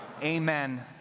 amen